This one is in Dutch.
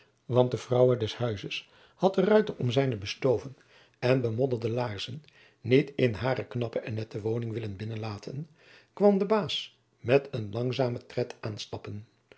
want de vrouw des huizes had den ruiter om zijne bestoven en bemodderde laarzen niet in hare knappe en nette woning willen binnenlaten kwam de baas met een langzamen tred aanstappen